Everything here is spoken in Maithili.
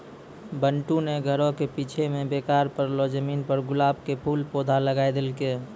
बंटू नॅ घरो के पीछूं मॅ बेकार पड़लो जमीन पर गुलाब के खूब पौधा लगाय देलकै